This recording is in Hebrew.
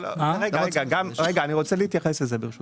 אני רוצה להתייחס לזה, ברשותך.